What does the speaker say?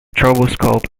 stroboscope